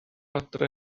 adre